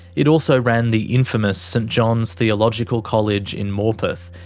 it also ran the infamous st john's theological college in morpeth,